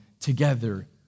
together